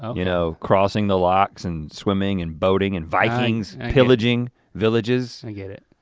you know, crossing the lochs and swimming and boating and vikings, pillaging villages. i get it.